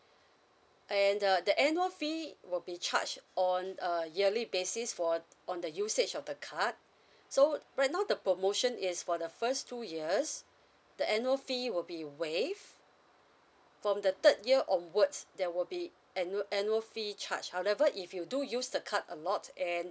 and uh the annual fee it will be charged on a yearly basis for on the usage of the card so right now the promotion is for the first two years the annual fee will be waived from the third year onwards there will be annua~ annual fee charge however if you do use the card a lot and